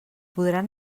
podran